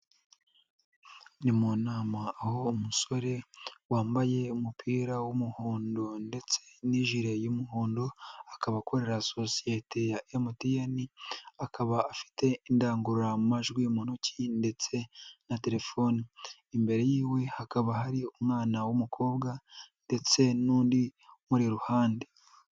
Ni mu nama aho umusore wambaye umupira w'umuhondo ndetse n'ijire y'umuhondo akaba akorera sosiyete ya MTN, akaba afite indangururamajwi mu ntoki ndetse na telefone. Imbere yiwe hakaba hari umwana w'umukobwa ndetse n'undi umuri iruhande.